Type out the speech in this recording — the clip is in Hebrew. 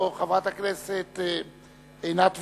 או חברת הכנסת עינת וילף,